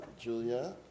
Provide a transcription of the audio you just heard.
Julia